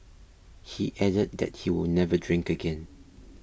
he added that he will never drink again